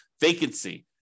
vacancy